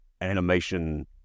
animation